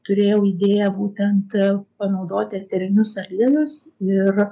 turėjau idėją būtent panaudoti eterinius aliejus ir